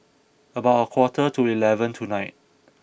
about a quarter to eleven tonight